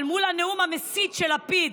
אבל מול הנאום המסית של לפיד,